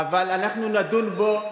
אבל אנחנו נדון בו,